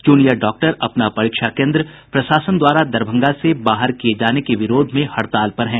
junior doctor अपना परीक्षा केन्द्र प्रशासन द्वारा दरभंगा से बाहर किये जाने के विरोध में हड़ताल पर हैं